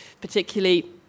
particularly